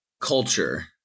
culture